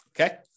okay